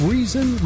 Reason